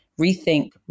Rethink